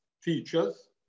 features